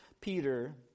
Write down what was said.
Peter